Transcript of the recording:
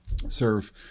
serve